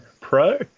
Pro